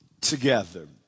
together